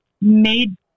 made